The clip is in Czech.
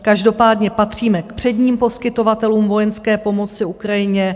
Každopádně patříme k předním poskytovatelům vojenské pomoci Ukrajině.